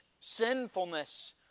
sinfulness